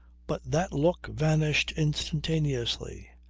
but that look vanished instantaneously,